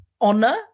honor